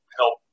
help